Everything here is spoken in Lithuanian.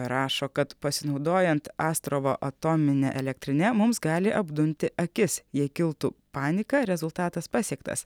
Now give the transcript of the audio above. rašo kad pasinaudojant astravo atomine elektrine mums gali apdumti akis jei kiltų panika rezultatas pasiektas